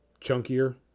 chunkier